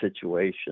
situation